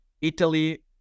Italy